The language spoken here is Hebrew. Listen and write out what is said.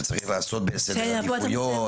צריך לעשות סדר עדיפויות --- בסדר,